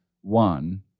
One